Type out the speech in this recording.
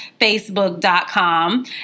Facebook.com